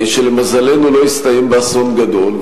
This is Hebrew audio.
שלמזלנו לא הסתיים באסון גדול,